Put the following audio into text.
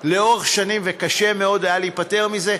לאורך שנים וקשה מאוד היה להיפטר מזה.